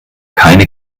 keine